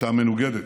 הייתה מנוגדת: